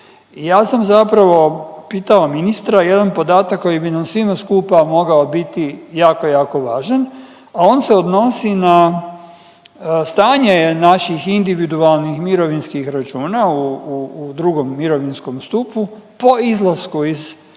Ja sam zapravo pitao ministra jedan podatak koji bi nam svima skupa mogao biti jako, jako važan, a on se odnosi na stanje naših individualnih mirovinskih računa u drugom mirovinskom stupu po izlasku iz